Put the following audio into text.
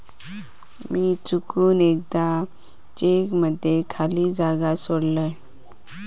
मी चुकून एकदा चेक मध्ये खाली जागा सोडलय